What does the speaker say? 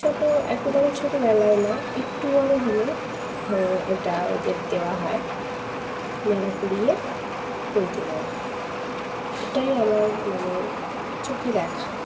ছোটো একেবারে ছোটোবেেলায় না একটু বড়ো হলে এটা ওদের দেওয়া হয় ন্যাড়া করিয়ে পইতে দেওয়া হয় এটাই আমার মানে চোখে দেখা